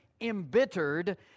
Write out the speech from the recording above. embittered